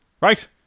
Right